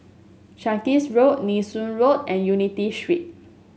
Sarkies Road Nee Soon Road and Unity Street